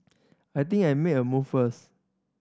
I think I make a move first